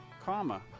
comma